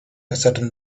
ascertain